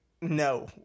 no